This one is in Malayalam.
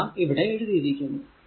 എല്ലാം ഇവിടെ എഴുതിയിരിക്കുന്നു